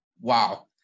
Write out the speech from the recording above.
wow